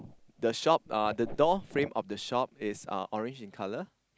the shop uh the door frame of the shop is uh orange in colour